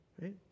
Right